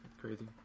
crazy